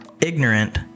ignorant